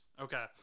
okay